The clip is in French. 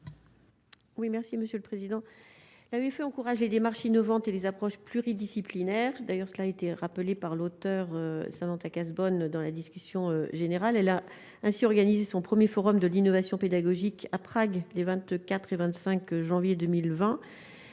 Oui, merci Monsieur le Président, l'avait fait, encouragent les démarches innovantes et des approches pluridisciplinaires d'ailleurs cela a été rappelé par l'auteur, Samantha Cazebonne dans la discussion générale, elle a ainsi organisé son 1er forum de l'innovation pédagogique à Prague les vingt-quatre 25 janvier 2020